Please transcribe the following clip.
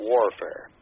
Warfare